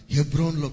Hebron